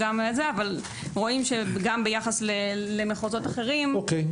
אבל רואים שגם ביחס למחוזות אחרים --- או.קיי.